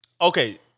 Okay